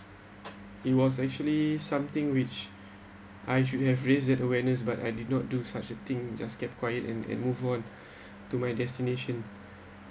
it was actually something which I should have raised that awareness but I did not do such a thing just kept quiet and and move on to my destination